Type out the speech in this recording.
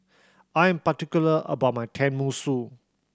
I'm particular about my Tenmusu